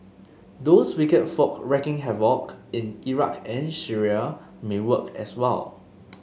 those wicked folk wreaking havoc in Iraq and Syria may work as well